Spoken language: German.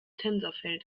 tensorfeld